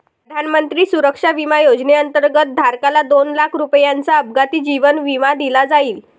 प्रधानमंत्री सुरक्षा विमा योजनेअंतर्गत, धारकाला दोन लाख रुपयांचा अपघाती जीवन विमा दिला जाईल